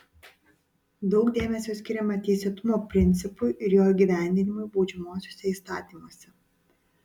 daug dėmesio skiriama teisėtumo principui ir jo įgyvendinimui baudžiamuosiuose įstatymuose